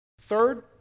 Third